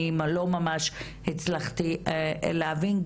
אני לא ממש הצלחתי להבין,